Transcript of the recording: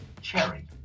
Cherry